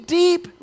deep